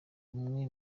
umwe